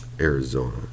Arizona